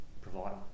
provider